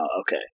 okay